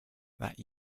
that